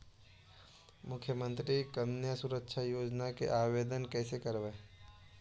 मुख्यमंत्री कन्या सुरक्षा योजना के आवेदन कैसे करबइ?